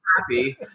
happy